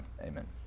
Amen